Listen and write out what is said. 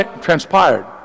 transpired